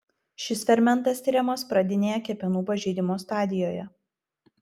šis fermentas tiriamas pradinėje kepenų pažeidimo stadijoje